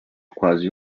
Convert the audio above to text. quase